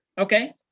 okay